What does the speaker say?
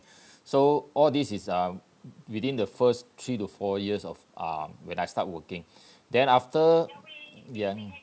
so all these is uh within the first three to four years of uh when I start working then after ya mm